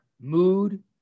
mood